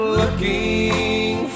looking